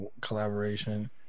Collaboration